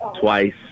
twice